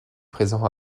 présents